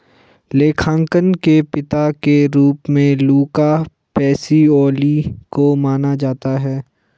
लेखांकन के पिता के रूप में लुका पैसिओली को माना जाता है